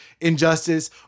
injustice